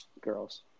girls